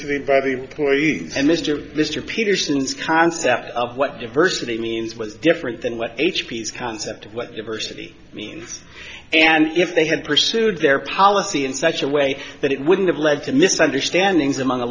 and mr mr peterson's concept of what diversity means was different than what h p s concept of what diversity means and if they had pursued their policy in such a way that it wouldn't have led to misunderstandings among a